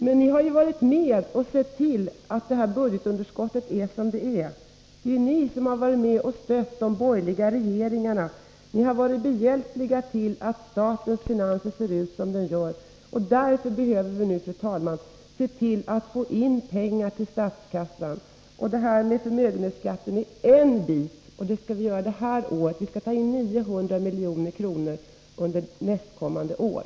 Men ni har ju medverkat till att budgetunderskottet blivit så stort som det är. Det är ni som har stått bakom de borgerliga regeringarna. Ni har varit behjälpliga till att statens finanser nu ser ut som de gör. Därför behöver vi nu få in pengar till statskassan. Skärpningen av förmögenhetsskatten är en bit. Den skall vi genomföra under detta år. Vi skall ta in 900 milj.kr. under nästkommande år.